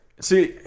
see